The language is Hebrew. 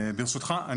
ברשותך,